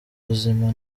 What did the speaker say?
buzima